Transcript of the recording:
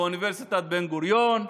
באוניברסיטת בן-גוריון,